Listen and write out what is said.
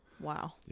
Wow